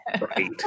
Right